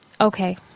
okay